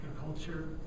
agriculture